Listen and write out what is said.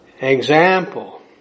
Example